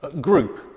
group